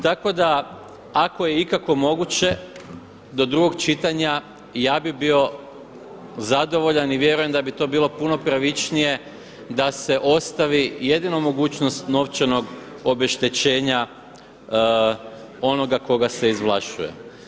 Tako da ako je ikako moguće do drugog čitanja, ja bi bio zadovoljan i vjerujem da bi to bilo puno pravičnije da se ostavi jedino mogućnost novčanog obeštećenja onoga koga se izvlašćuje.